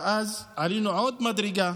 ועלינו עוד מדרגה: